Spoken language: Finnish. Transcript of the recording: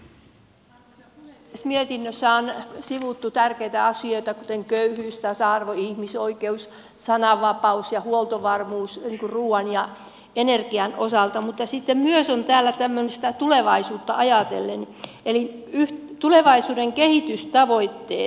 mietinnössä on sivuttu tärkeitä asioita kuten köyhyys tasa arvo ihmisoikeus sananvapaus ja huoltovarmuus ruuan ja energian osalta mutta sitten täällä on myös tulevaisuutta ajatellen tulevaisuuden kehitystavoitteet